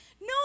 No